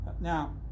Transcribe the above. Now